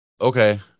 Okay